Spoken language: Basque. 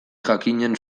jakinen